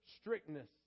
strictness